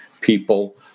people